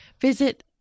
visit